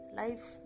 life